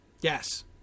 Yes